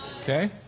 Okay